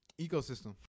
ecosystem